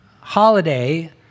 holiday